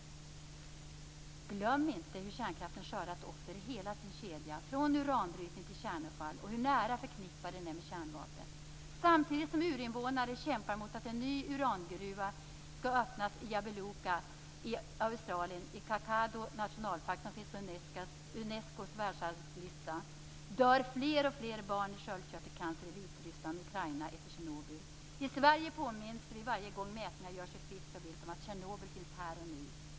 Glöm inte hur kärnkraften skördat offer i hela sin kedja, från uranbrytning till kärnavfall, och hur nära förknippad den är med kärnvapen. Samtidigt som urinvånare kämpar mot att en ny urangruva skall öppnas i Jabiluka i Australien, i Kakadus nationalpark som finns på Unescos världsarvslista, dör fler och fler barn i sköldkörtelcancer i Vitryssland och Ukraina efter Tjernobyl. I Sverige påminns vi varje gång mätningar görs i fisk och vilt om att Tjernobyl finns här och nu.